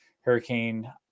Hurricane